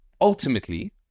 ultimately